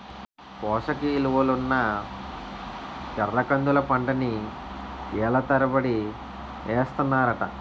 పోసకిలువలున్న ఎర్రకందుల పంటని ఏళ్ళ తరబడి ఏస్తన్నారట